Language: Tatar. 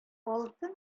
алтын